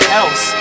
else